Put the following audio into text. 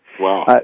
Wow